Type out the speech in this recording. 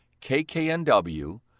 KKNW